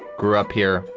grew up here.